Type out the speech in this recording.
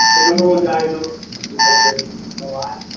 the number one diagnosis is dehydration. you know why?